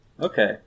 Okay